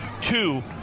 Two